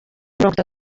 mirongo